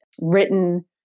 written